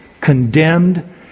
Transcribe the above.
condemned